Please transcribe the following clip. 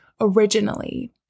originally